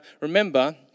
remember